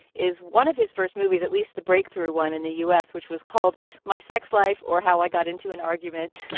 is one of his first movies, at least the breakthrough one in the u s, which was called my sex life or how i got into an argument